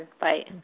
Bye